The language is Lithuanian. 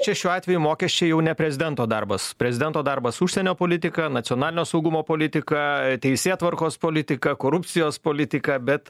čia šiuo atveju mokesčiai jau ne prezidento darbas prezidento darbas užsienio politika nacionalinio saugumo politika teisėtvarkos politika korupcijos politika bet